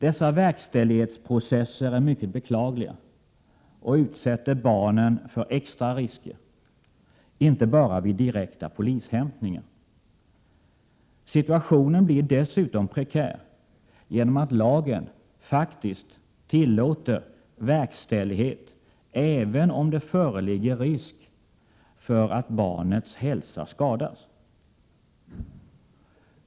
Dessa verkställighetsprocesser är mycket beklagliga och utsätter barnen för extra risker inte bara vid direkta polishämtningar. Situationen blir dessutom prekär genom att lagen faktiskt tillåter verkställighet, även om det föreligger risk för att barnets hälsa skadas.